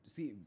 See